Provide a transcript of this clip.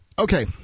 Okay